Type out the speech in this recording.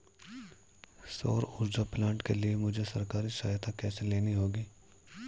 सौर ऊर्जा प्लांट के लिए मुझे सरकारी सहायता कैसे लेनी होगी?